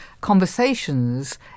conversations